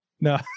No